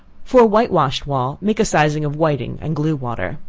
for a white-washed wall, make a sizing of whiting and glue water.